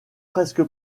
presque